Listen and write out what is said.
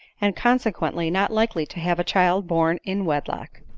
and consequently not likely to have a, child born in wedlock.